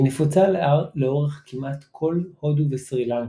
היא נפוצה לאורך כמעט כל הודו וסרי לנקה,